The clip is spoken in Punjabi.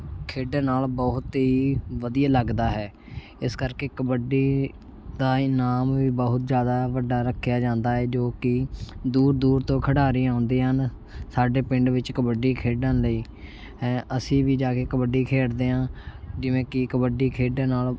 ਖੇਡਣ ਨਾਲ ਬਹੁਤ ਹੀ ਵਧੀਆ ਲੱਗਦਾ ਹੈ ਇਸ ਕਰਕੇ ਕਬੱਡੀ ਦਾ ਇਨਾਮ ਵੀ ਬਹੁਤ ਜ਼ਿਆਦਾ ਵੱਡਾ ਰੱਖਿਆ ਜਾਂਦਾ ਹੈ ਜੋ ਕਿ ਦੂਰ ਦੂਰ ਤੋਂ ਖਿਡਾਰੀ ਆਉਂਦੇ ਹਨ ਸਾਡੇ ਪਿੰਡ ਵਿੱਚ ਕਬੱਡੀ ਖੇਡਣ ਲਈ ਅਸੀਂ ਵੀ ਜਾ ਕੇ ਕਬੱਡੀ ਖੇਡਦੇ ਹਾਂ ਜਿਵੇਂ ਕਿ ਕਬੱਡੀ ਖੇਡਣ ਨਾਲ